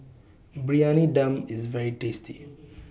Briyani Dum IS very tasty